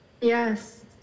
Yes